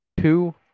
Two